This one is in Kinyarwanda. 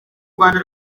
rwanda